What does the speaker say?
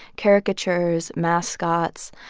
caricatures, mascots.